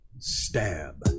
Stab